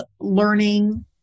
learning